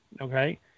okay